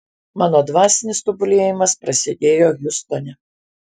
mano dvasinis tobulėjimas prasidėjo hjustone